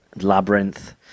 Labyrinth